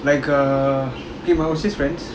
like err okay my overseas friends